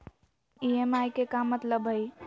EMI के का मतलब हई?